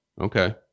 Okay